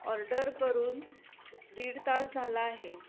order करून दीड तास झाला आहे